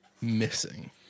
missing